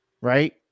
right